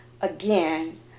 Again